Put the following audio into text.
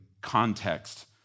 context